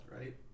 right